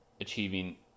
achieving